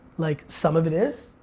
like some of it is,